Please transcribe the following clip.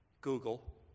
Google